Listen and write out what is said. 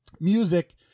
Music